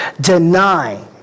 deny